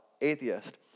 atheist